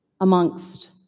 amongst